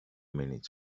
minutes